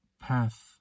path